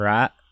Right